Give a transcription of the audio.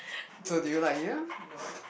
so do you like him~